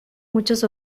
muchos